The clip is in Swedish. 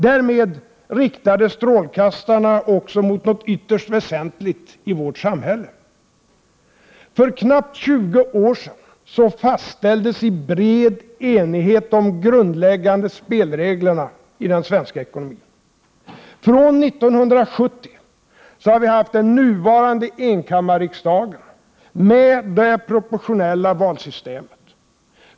Därmed riktades strålkastarna också mot något ytterst väsentligt i vårt samhälle. För knappt 20 år sedan fastställdes i bred enighet de grundläggande spelreglerna i den svenska demokratin. Från 1970 har vi haft den nuvarande enkammarriksdagen med det Prot. 1988/89:130 proportionella valsystemet.